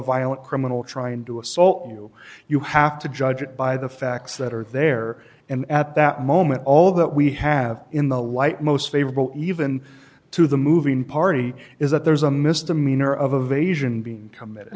violent criminal trying to assault you you have to judge it by the facts that are there and at that moment all that we have in the light most favorable even to the moving party is that there's a misdemeanor of asian being committed